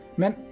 men